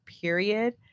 period